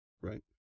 Right